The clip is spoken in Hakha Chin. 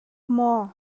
maw